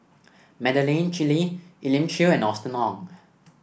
Madeleine Chew Lee Elim Chew and Austen Ong